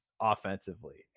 offensively